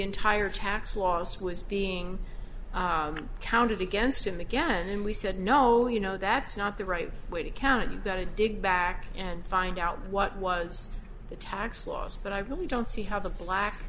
entire tax loss was being counted against him again and we said no you know that's not the right way to count you got to dig back and find out what was the tax laws but i really don't see how the